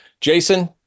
Jason